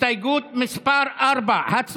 הסתייגות מס' 4, הצבעה.